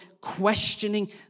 questioning